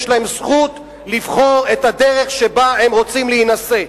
יש להם זכות לבחור את הדרך שבה הם רוצים להינשא.